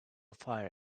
fire